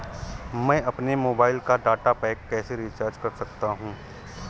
मैं अपने मोबाइल का डाटा पैक कैसे रीचार्ज कर सकता हूँ?